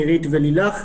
נירית ולילך,